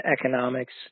economics